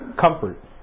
Comfort